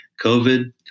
COVID